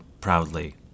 proudly